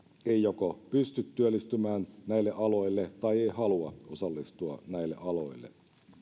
ei joko pysty työllistymään näille aloille tai ei halua osallistua näille aloille